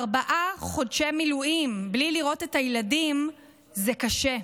ארבעה חודשי מילואים בלי לראות את הילדים זה קשה.